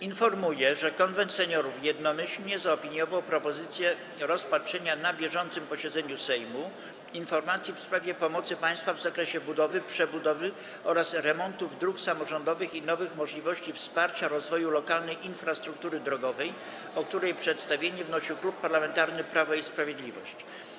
Informuję, że Konwent Seniorów jednomyślnie zaopiniował propozycję rozpatrzenia na bieżącym posiedzeniu Sejmu informacji w sprawie pomocy państwa w zakresie budowy, przebudowy oraz remontów dróg samorządowych i nowych możliwości wsparcia rozwoju lokalnej infrastruktury drogowej, o której przedstawienie wnosił Klub Parlamentarny Prawo i Sprawiedliwość.